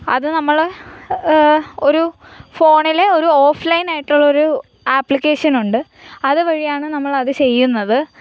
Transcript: അത് നമ്മൾ ഒരു ഫോണിൽ ഒരു ഓഫ് ലൈനായിട്ടുള്ളൊരു ആപ്പ്ളിക്കേഷനുണ്ട് അതു വഴിയാണ് നമ്മളത് ചെയ്യുന്നത്